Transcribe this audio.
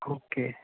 okay